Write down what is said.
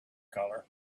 color